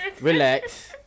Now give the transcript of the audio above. relax